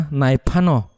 naipano